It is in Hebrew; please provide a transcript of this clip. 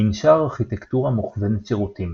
מנשר ארכיטקטורה מוכוונת שירותים